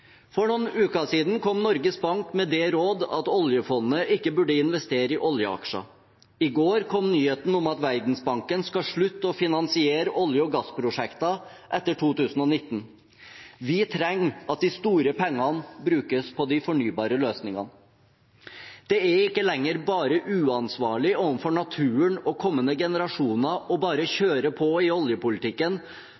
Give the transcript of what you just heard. For noen uker siden kom Norges Bank med det råd at oljefondet ikke burde investere i oljeaksjer. I går kom nyheten om at Verdensbanken skal slutte å finansiere olje- og gassprosjekter etter 2019. Vi trenger at de store pengene brukes på de fornybare løsningene. Det er ikke lenger bare uansvarlig overfor naturen og kommende generasjoner å bare